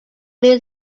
being